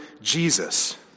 Jesus